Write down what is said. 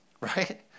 right